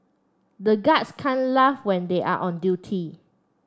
the guards can't laugh when they are on duty